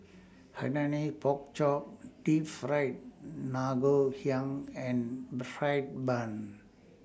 Hainanese Pork Chop Deep Fried Ngoh Hiang and Fried Bun